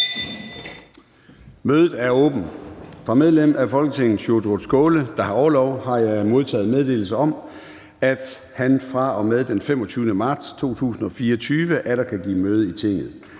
Mødet er åbnet. Fra medlem af Folketinget Sjúrður Skaale (JF), der har orlov, har jeg modtaget meddelelse om, at han fra og med den 25. marts 2024 atter kan give møde i Tinget.